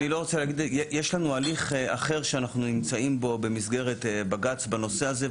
יש לנו הליך אחר שאנחנו נמצאים בו במסגרת בג"ץ בנושא הזה,